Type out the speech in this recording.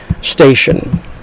station